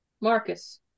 Marcus